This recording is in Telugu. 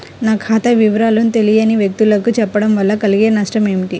నా ఖాతా వివరాలను తెలియని వ్యక్తులకు చెప్పడం వల్ల కలిగే నష్టమేంటి?